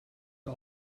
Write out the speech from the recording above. der